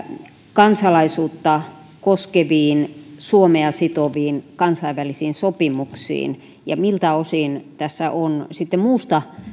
kansalaisuutta koskeviin suomea sitoviin kansainvälisiin sopimuksiin ja miltä osin tässä on sitten muusta